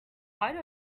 quite